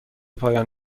پایان